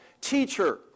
teacher